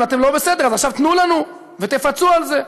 אם אתם לא בסדר, אז עכשיו תנו לנו ותפצו על זה.